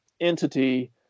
entity